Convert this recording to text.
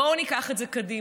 בואו ניקח את זה קדימה.